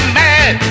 mad